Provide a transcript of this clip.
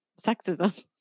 sexism